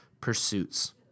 pursuits